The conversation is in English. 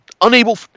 unable